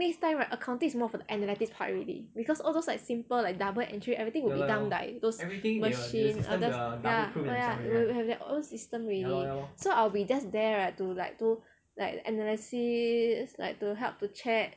next time right accounting is more for the analytics part already because all those like simple like double entry everything will be done by those machine others ya will will will have their own system already so I will be just there right to like do analysis like to help to check